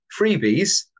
freebies